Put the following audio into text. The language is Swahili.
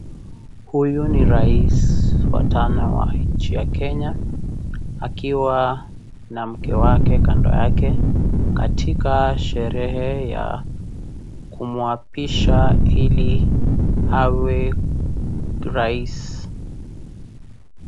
Huyu ni Rais wa tano wa nchi ya Kenya akiwa na mke wake kando yake katika sherehe ya kumuapisha hili awe Rais.